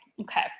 Okay